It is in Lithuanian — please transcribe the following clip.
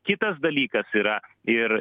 kitas dalykas yra ir